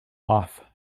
off